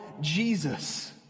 Jesus